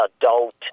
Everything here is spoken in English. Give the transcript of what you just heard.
adult